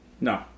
No